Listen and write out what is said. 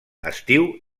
estiu